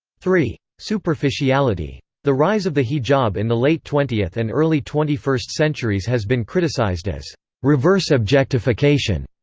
three. superficiality. the rise of the hijab in the late twentieth and early twenty-first centuries has been criticised as reverse objectification,